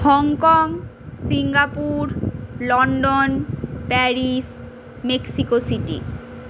Hong Kong Singapore London Paris Mexico city